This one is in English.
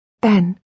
Ben